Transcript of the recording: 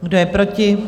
Kdo je proti?